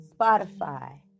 Spotify